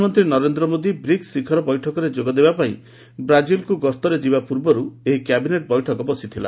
ପ୍ରଧାନମନ୍ତ୍ରୀ ନରେନ୍ଦ୍ର ମୋଦୀ ବ୍ରିକ୍ସ ଶିଖର ବୈଠକରେ ଯୋଗଦେବା ପାଇଁ ବ୍ରାଜିଲ୍କୁ ଗସ୍ତରେ ଯିବା ପୂର୍ବରୁ ଏହି କ୍ୟାବିନେଟ୍ ବୈଠକ ବସିଥିଲା